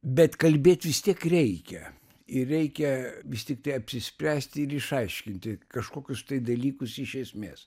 bet kalbėt vis tiek reikia ir reikia vis tiktai apsispręsti ir išaiškinti kažkokius dalykus iš esmės